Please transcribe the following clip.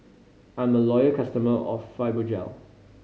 I'm a loyal customer of Fibogel